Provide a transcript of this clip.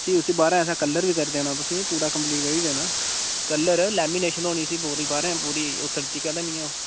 भी उस्सी बाह्रें असें कलर बी करी देना तुसें ई पूरा कंप्लीट करियै देना कलर लेमीनेशन होनी उस्सी पूरी बाहरें पूरी उतरदी कदें निं ओह्